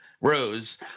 Rose